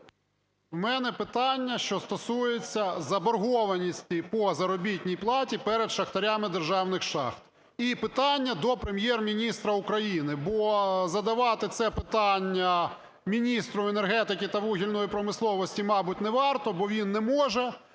В мене питання, що стосується заборгованості по заробітній платі перед шахтарями державних шахт. І питання до Прем’єр-міністра України, бо задавати це питання міністру енергетики та вугільної промисловості, мабуть, не варто, бо він не може